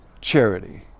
charity